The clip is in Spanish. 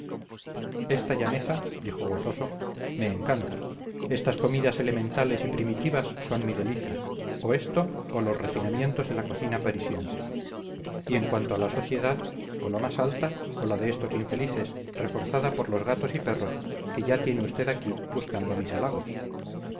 esta llaneza dijo gozoso me encanta estas comidas elementales y primitivas son mi delicia o esto o los refinamientos de la cocina parisiense y en cuanto a la sociedad o la más alta o la de estos infelices reforzada por los gatos y perros que ya tiene usted aquí buscando mis halagos